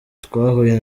twahuye